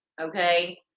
Okay